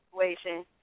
situation